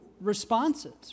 responses